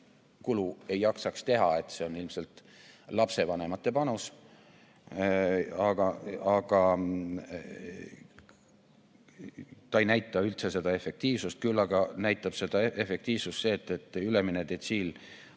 kulutust ei jaksaks teha, see on ilmselt lapsevanemate panus. Ta ei näita üldse seda efektiivsust, küll aga näitab efektiivsust see, et ülemine detsiil